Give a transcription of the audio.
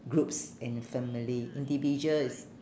groups and family individual is